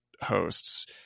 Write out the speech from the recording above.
hosts